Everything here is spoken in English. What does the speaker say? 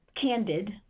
Candid